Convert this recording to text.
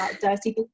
dirty